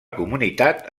comunitat